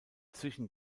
zwischen